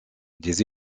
des